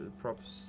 props